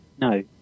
No